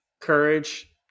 courage